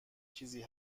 چیزی